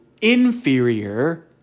inferior